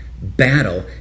battle